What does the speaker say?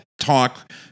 talk